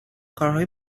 کارهای